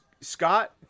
Scott